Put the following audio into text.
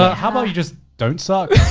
how about you just don't suck?